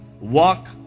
walk